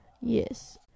Yes